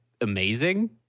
amazing